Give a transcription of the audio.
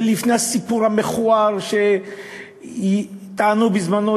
זה לפני הסיפור המכוער שטענו בזמנו,